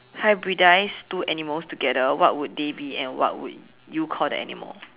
hybridize two animals together what would they be and what would you call the animal